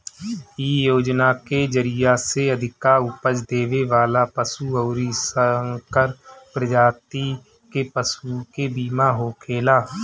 इ योजना के जरिया से अधिका उपज देवे वाला पशु अउरी संकर प्रजाति के पशु के बीमा होखेला